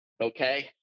okay